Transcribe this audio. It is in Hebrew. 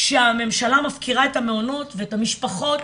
שהממשלה מפקירה את המעונות ואת המשפחות,